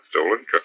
stolen